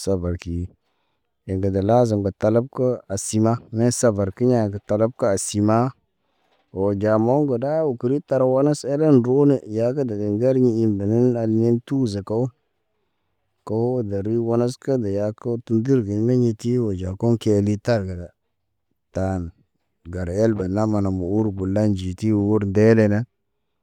sabar ki ḭ ge de lazim ke talab ko. A sima ne sabar kiɲa a sima, o ja moŋgo da o kri tar wane Ɗer elen ro ne ya ge dede ŋger in benen al ɲin tu zak we. Ko deri wanas ke de yake, ke tu gerge naɲeti o ja kɔkeli targ da. Tan, gar el be na manam urbu lanji ti ur dele ne.